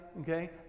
okay